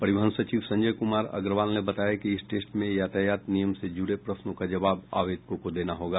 परिवहन सचिव संजय कुमार अग्रवाल ने बताया कि इस टेस्ट में यातायात नियम से जुड़े प्रश्नों का जवाब आवेदकों को देना होगा